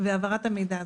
והעברת המידע.